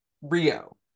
rio